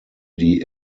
die